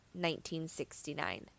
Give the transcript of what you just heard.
1969